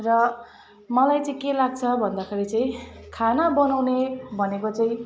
र मलाई चाहिँ के लाग्छ भन्दाखरि चाहिँ खाना बनाउने भनेको चाहिँ